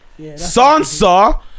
Sansa